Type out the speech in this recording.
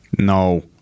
No